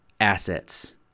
assets